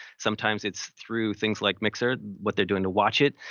sometimes it's through things like mixer, what they're doing to watch it.